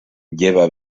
lleva